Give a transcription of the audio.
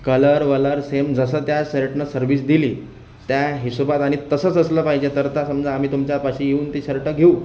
colour वलर same जसं त्या शर्टला सर्विस दिली त्या हिशोबात आणि तसंच असलं पाहिजे तर ता समजा आम्ही तुमच्यापाशी येऊन ते शर्ट घेऊ